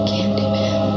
Candyman